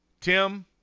Tim